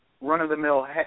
run-of-the-mill